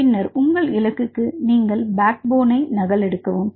பின்னர் உங்கள் இலக்குக்கு நீங்கள் பேக் போன்னை நகலெடுக்கலாம்